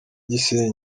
gisenyi